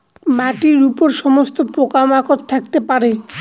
মাটির উপর সমস্ত পোকা মাকড় থাকতে পারে